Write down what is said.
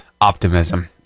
Optimism